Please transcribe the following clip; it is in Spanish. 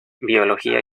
biología